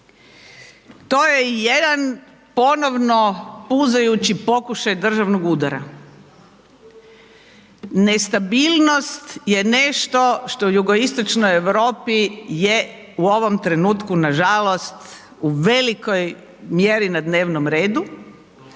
to je jedan ponovno puzajući pokušaj državnog udara, nestabilnost je nešto što u jugoistočnoj Europi je u ovom trenutku nažalost u velikoj mjeri na dnevnom redu